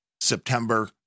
September